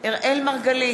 אראל מרגלית,